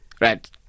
right